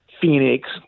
Phoenix